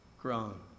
grown